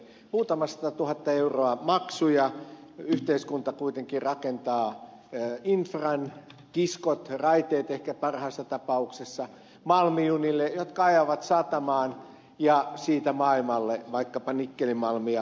muutama satatuhatta euroa maksuja yhteiskunta kuitenkin rakentaa infran kiskot raiteet ehkä parhaassa tapauksessa malmijunille jotka ajavat satamaan ja siitä maailmalle vaikkapa nikkelimalmia